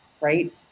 Right